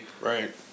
Right